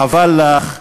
חבל לך,